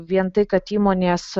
vien tai kad įmonės